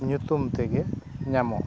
ᱧᱩᱛᱩᱢ ᱛᱮᱜᱮ ᱧᱟᱢᱚᱜᱼᱟ